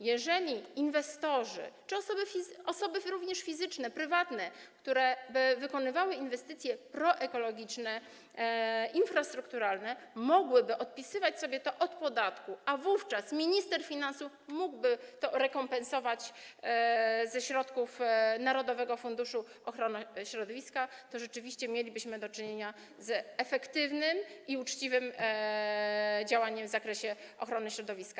Jeżeli inwestorzy czy osoby - również fizyczne, prywatne - które by wykonywały inwestycje proekologiczne, infrastrukturalne, mogłyby to sobie odpisywać od podatku, a wówczas minister finansów mógłby to rekompensować ze środków narodowego funduszu ochrony środowiska, to rzeczywiście mielibyśmy do czynienia z efektywnym i uczciwym działaniem w zakresie ochrony środowiska.